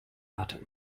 atem